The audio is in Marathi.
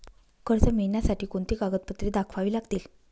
कर्ज मिळण्यासाठी कोणती कागदपत्रे दाखवावी लागतील?